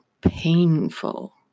painful